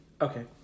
Okay